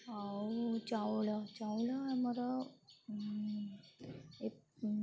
ଆଉ ଚାଉଳ ଚାଉଳ ଆମର ଏ